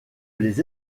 les